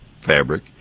fabric